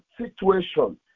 situation